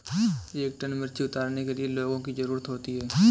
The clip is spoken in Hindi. एक टन मिर्ची उतारने में कितने लोगों की ज़रुरत होती है?